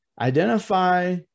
identify